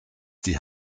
die